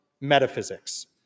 metaphysics